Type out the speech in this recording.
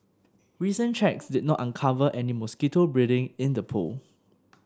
recent checks did not uncover any mosquito breeding in the pool